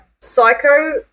psycho